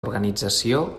organització